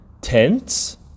tents